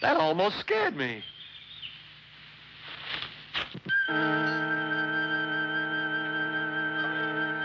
that almost scared me